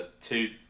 Two